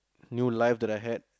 new life that I had